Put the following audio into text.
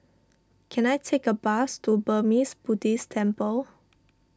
can I take a bus to Burmese Buddhist Temple